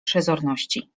przezorności